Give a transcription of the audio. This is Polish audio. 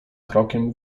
krokiem